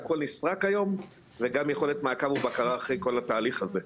הכול נסרק היום וגם יכול להיות מעקב ובקרה אחרי כל התהליך הזה,